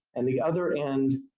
and the other end,